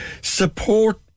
support